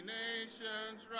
nations